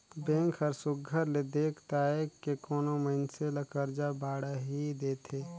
bank हर सुग्घर ले देख ताएक के कोनो मइनसे ल करजा बाड़ही देथे